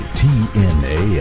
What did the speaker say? tna